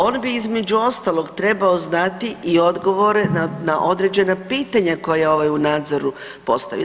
On bi između ostalog trebao znati i odgovore na određena pitanja koja ovaj u nadzoru postavi.